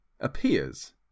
appears